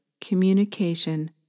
communication